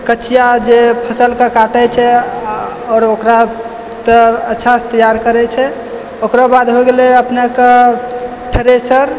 कचिया जे फसलके काटै छै आओर आओर ओकरा अच्छासँ तैयार करै छै ओकरो बाद होइ गेलै अपनेके थ्रेसर